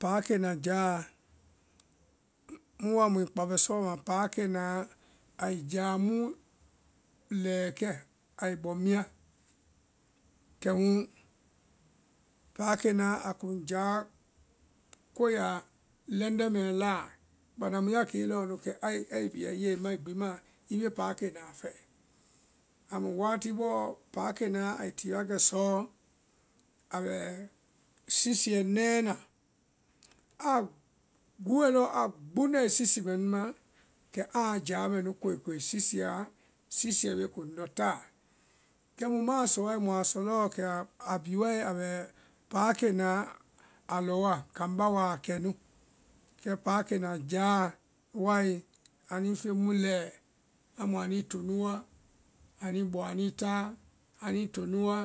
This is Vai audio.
paakena jáa, mu woa muĩ kpáfɛ sɔɔ ma paakenaã ai jáa mu lɛɛ kɛ ai bɔ mia, kɛmu paakenaã a kuŋ jáa koe ya lɛndɛɛ mɛɛ la, banda mu ya kee lɔɔ nu kɛ ai ai i bia i yɛ i mae gbi maã i bee paakenaã fɛɛ, amu wati bɔɔ, paakenaã ai ti wa kɛ suɔ a bɛ sisiɛ nɛɛ na, a guuoe lɔɔ a gbundɛe sisiɛ mɛnu ma kɛ aa jáa mɛnu koikoi sisiɛ la sisiɛ bee kuŋ ndɔ taa. Kɛ mu ma a sɔ wae muã sɔ lɔ kɛ abhí wae kɛ keȧ paakenaã alɔ wa kambá wa a kɛnu, kɛ paakena jáa wae anuĩ feŋ mu lɛɛ amu anu to nu wa anuĩ bɔ anuĩ táa anu to nu wa